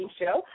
show